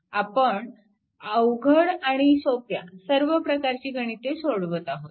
आपण अवघड आणि सोप्या सर्व प्रकारची गणिते सोडवत आहोत